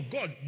God